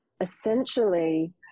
essentially